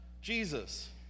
Jesus